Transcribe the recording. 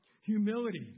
Humility